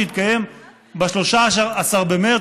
שהתקיים ב-13 במרס,